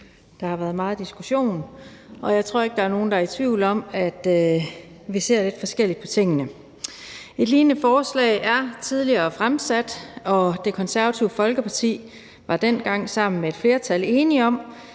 der har været meget diskussion. Jeg tror ikke, der er nogen, der er i tvivl om, at vi ser lidt forskelligt på tingene. Et lignende forslag er tidligere blevet fremsat, og Det Konservative Folkeparti var dengang sammen med et flertal enige om,